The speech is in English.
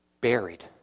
buried